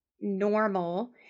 normal